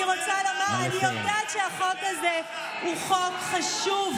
אני רוצה לומר, אני יודעת שהחוק הזה הוא חוק חשוב.